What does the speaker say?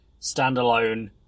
standalone